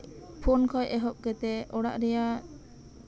phone ᱠᱷᱚᱱ ᱮᱦᱚᱵ ᱠᱟᱛᱮᱜ ᱚᱲᱟᱜ ᱨᱮᱭᱟᱜ